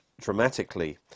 dramatically